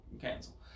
cancel